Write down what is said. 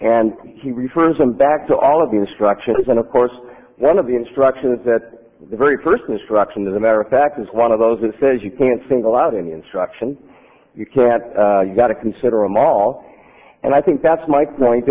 and he refers them back to all of the instructions and of course one of the instructions that the very first instruction is a matter of fact is one of those that says you can't single out any instruction that you got to consider amal and i think that's my point